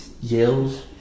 yells